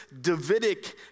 Davidic